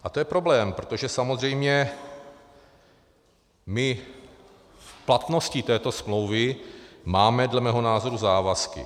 A to je problém, protože samozřejmě my platností této smlouvy máme dle mého názoru závazky.